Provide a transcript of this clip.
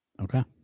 Okay